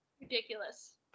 Ridiculous